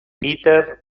peter